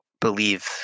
believe